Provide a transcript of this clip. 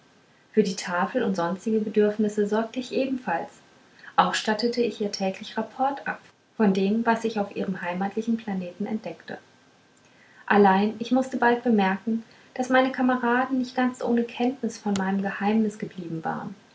für die tafel und sonstige bedürfnisse sorgte ich ebenfalls auch stattete ich ihr täglich rapport ab von dem was ich auf ihrem heimatlichen planeten entdeckte allein ich mußte bald bemerken daß meine kameraden nicht ganz ohne kenntnis von meinem geheimnis geblieben waren